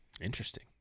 Interesting